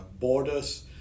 borders